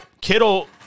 Kittle